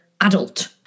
adult